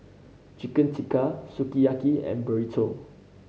Chicken Tikka Sukiyaki and Burrito